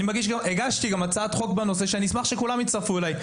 הגשתי הצעת חוק בנושא ואשמח שכולם יצטרפו אלי.